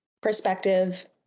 perspective